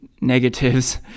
negatives